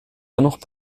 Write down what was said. dennoch